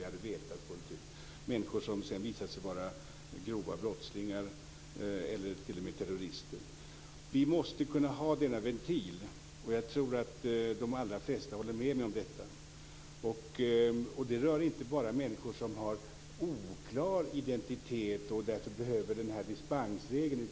Det gäller människor som visat sig vara grova brottslingar eller t.o.m. terrorister. Vi måste kunna ha denna ventil. Jag tror att de allra flesta håller med mig om detta. Det rör inte bara människor som har oklar identitet och därför behöver dispensregeln.